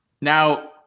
Now